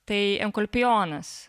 tai enkolpijonas